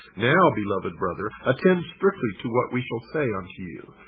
now, beloved brother, attend strictly to what we shall say unto you.